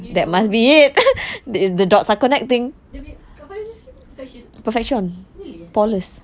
you know kepala dia sikit fashion ke really